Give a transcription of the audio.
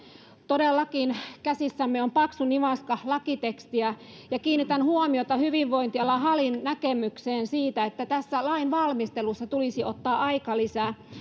todellakin käsissämme on paksu nivaska lakitekstiä ja kiinnitän huomiota hyvinvointiala halin näkemykseen siitä että tässä lainvalmistelussa tulisi ottaa aikalisä